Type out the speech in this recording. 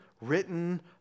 written